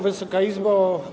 Wysoka Izbo!